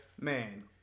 Man